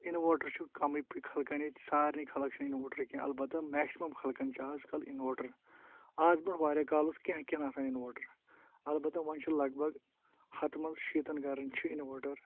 inverter چھُ کَمی خَلقَن ییٚتہِ سارنٕے خَلَق چھِنہٕ اِنؤٹَر کینٛہہ اَلبَتہَ میٚکسِمَم خَلقَن چھِ آزکَل اِنؤٹَر آز برونٛٹھ واریاہ کال اوس کینٛہَن کینٛہَن آسان اِنؤٹَر اَلبَتہَ وۄنۍ چھُ لَگ بَگ ہَتہٕ مَنٛز شیٖتَن گَرَن چھُ اِنؤٹَر